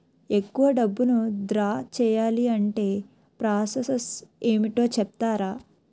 ఎక్కువ డబ్బును ద్రా చేయాలి అంటే ప్రాస సస్ ఏమిటో చెప్తారా?